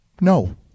No